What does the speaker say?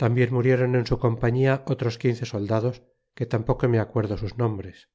tambien murióron en su compañia otros quince soldados que tampoco me acuerdo sus nombres